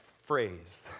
phrase